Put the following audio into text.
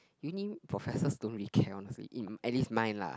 uni professors don't really care honestly uh at least mine lah